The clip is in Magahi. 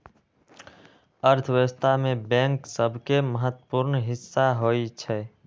अर्थव्यवस्था में बैंक सभके महत्वपूर्ण हिस्सा होइ छइ